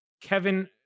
Kevin